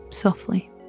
softly